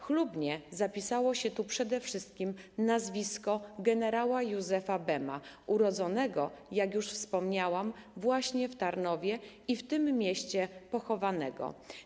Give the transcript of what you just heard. Chlubnie zapisało się tu przede wszystkim nazwisko gen. Józefa Bema urodzonego, jak już wspomniałam, właśnie w Tarnowie i w tym mieście pochowanego.